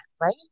right